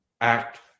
act